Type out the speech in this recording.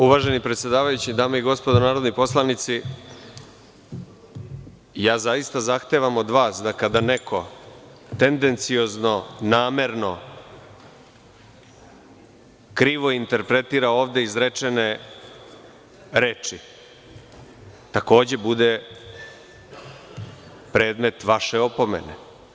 Uvaženi predsedavajući, dame i gospodo narodni poslanici, zaista zahtevam od vas da kada neko tendenciozno, namerno krivo interpretira ovde izrečene reči takođe bude predmet vaše opomene.